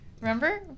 Remember